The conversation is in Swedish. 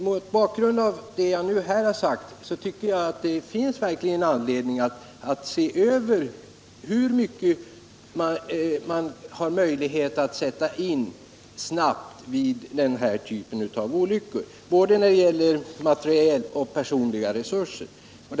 Mot bakgrund av vad jag nu har sagt tycker jag det finns anledning att se över hur mycket både materiella och personliga resurser man har möjlighet att snabbt sätta in vid denna typ av olyckor.